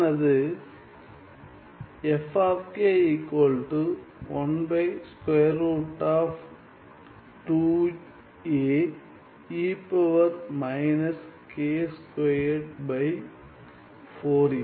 ஆகவே விடையானது